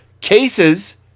cases